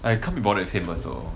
I can't be bothered him also